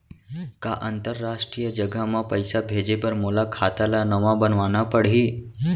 का अंतरराष्ट्रीय जगह म पइसा भेजे बर मोला खाता ल नवा बनवाना पड़ही?